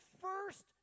first